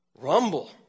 Rumble